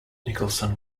nicholson